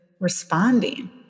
responding